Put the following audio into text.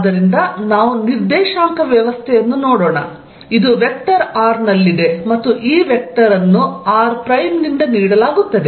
ಆದ್ದರಿಂದ ನಾವು ನಿರ್ದೇಶಾಂಕ ವ್ಯವಸ್ಥೆಯನ್ನು ಮಾಡೋಣ ಇದು ವೆಕ್ಟರ್ r ನಲ್ಲಿದೆ ಮತ್ತು ಈ ವೆಕ್ಟರ್ ಅನ್ನು r ಪ್ರೈಮ್ ದಿಂದ ನೀಡಲಾಗುತ್ತದೆ